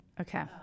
Okay